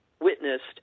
witnessed